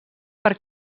per